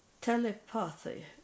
telepathy